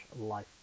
life